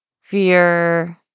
fear